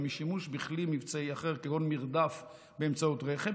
משימוש בכלי מבצעי אחר כגון מרדף באמצעות רכב,